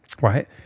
right